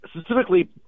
specifically